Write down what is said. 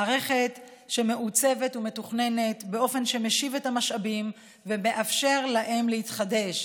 מערכת שמעוצבת ומתוכננת באופן שמשיב את המשאבים ומאפשר להם להתחדש.